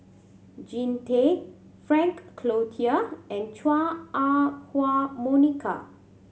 Jean Tay Frank Cloutier and Chua Ah Huwa Monica